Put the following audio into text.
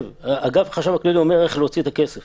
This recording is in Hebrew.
אגף החשב הכללי אומר איך להוציא את הכסף